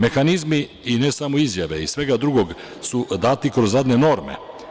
Mehanizmi i ne samo izjave i svega drugog su dati kroz radne norme.